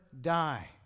die